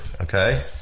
Okay